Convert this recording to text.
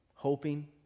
Hoping